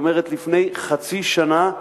כלומר לפני חצי שנה,